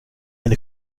eine